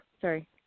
Sorry